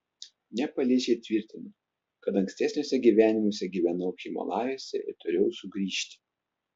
nepaliečiai tvirtino kad ankstesniuose gyvenimuose gyvenau himalajuose ir turėjau sugrįžti